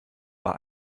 war